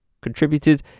contributed